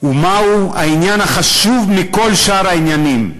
ומהו העניין החשוב מכל שאר העניינים.